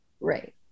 Right